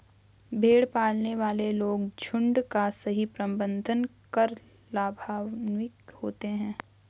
भेड़ पालने वाले लोग झुंड का सही प्रबंधन कर लाभान्वित होते हैं